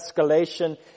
escalation